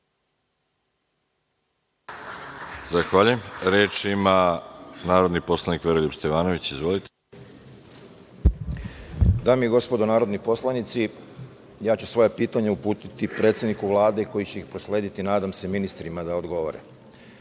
Zahvaljujem. Reč ima narodni poslanik Veroljub Stevanović. Izvolite. **Veroljub Stevanović** Dame i gospodo narodni poslanici, ja ću svoje pitanje uputiti predsedniku Vlade, koja će proslediti nadam se ministrima da odgovore. Prvo